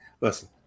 Listen